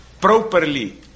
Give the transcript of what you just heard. properly